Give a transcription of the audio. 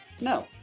no